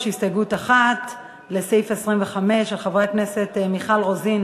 יש הסתייגות אחת לסעיף 25 של חברי הכנסת מיכל רוזין